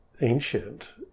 ancient